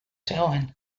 zegoen